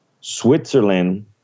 switzerland